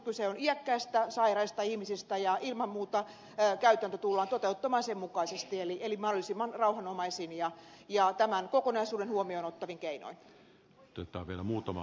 kyse on iäkkäistä sairaista ihmisistä ja ilman muuta käytäntö tullaan toteuttamaan sen mukaisesti eli mahdollisimman rauhanomaisin ja tämän kokonaisuuden huomioon ottavin keinoin